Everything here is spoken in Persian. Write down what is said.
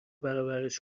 برابرش